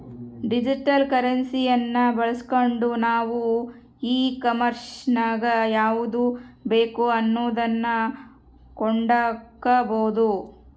digital ಕರೆನ್ಸಿಯನ್ನ ಬಳಸ್ಗಂಡು ನಾವು ಈ ಕಾಂಮೆರ್ಸಿನಗ ಯಾವುದು ಬೇಕೋ ಅಂತದನ್ನ ಕೊಂಡಕಬೊದು